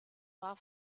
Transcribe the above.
war